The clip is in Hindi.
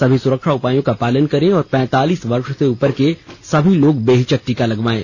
सभी सुरक्षा उपायों का पालन करें और पैंतालीस वर्ष से उपर के सभी लोग बेहिचक टीका लगवायें